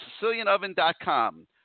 SicilianOven.com